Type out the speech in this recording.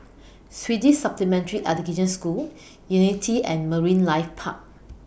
Swedish Supplementary Education School Unity and Marine Life Park